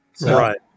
Right